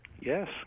Yes